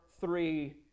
Three